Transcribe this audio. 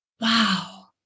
Wow